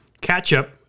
Ketchup